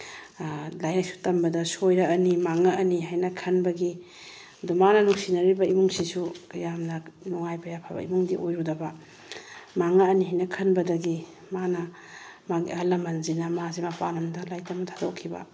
ꯂꯥꯏꯔꯤꯛ ꯂꯥꯏꯁꯨ ꯇꯝꯕꯗ ꯁꯣꯏꯔꯛꯑꯅꯤ ꯃꯥꯡꯉꯛꯑꯅꯤ ꯍꯥꯏꯅ ꯈꯟꯕꯒꯤ ꯑꯗꯣ ꯃꯥꯅ ꯅꯨꯡꯁꯤꯅꯔꯤꯕ ꯏꯃꯨꯡꯁꯤꯁꯨ ꯀꯌꯥꯝꯅ ꯅꯨꯡꯉꯥꯏꯕ ꯌꯥꯏꯐꯕ ꯏꯃꯨꯡꯗꯤ ꯑꯣꯏꯔꯨꯗꯕ ꯃꯥꯡꯉꯛꯑꯅꯤ ꯍꯥꯏꯅ ꯈꯟꯕꯗꯒꯤ ꯃꯥꯅ ꯃꯥꯒꯤ ꯑꯍꯜ ꯂꯃꯟꯁꯤꯅ ꯃꯥꯁꯦ ꯃꯄꯥꯟ ꯂꯝꯗ ꯂꯥꯏꯔꯤꯛ ꯇꯝꯕ ꯊꯥꯗꯣꯛꯈꯤꯕ